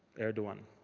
erdogan.